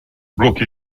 blocs